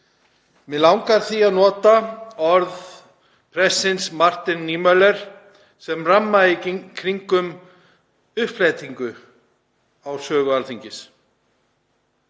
Mig langar því að nota orð prestsins Martins Niemöllers sem ramma í kringum uppflettingu í sögu Alþingis